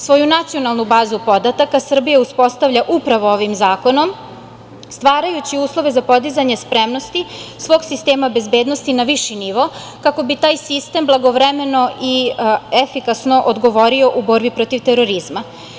Svoju Nacionalnu bazu podataka Srbija uspostavlja upravo ovim zakonom stvarajući uslove za podizanje spremnosti svog sistema bezbednosti na viši nivo kako bi taj sistem blagovremeno i efikasno odgovorio u borbi protiv terorizma.